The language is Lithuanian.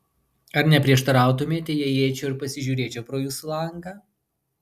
ar neprieštarautumėte jei įeičiau ir pasižiūrėčiau pro jūsų langą